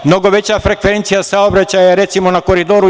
Mnogo veća frekvencija saobraćaja, recimo je na Koridoru 11.